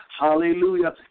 Hallelujah